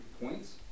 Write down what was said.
points